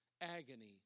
agony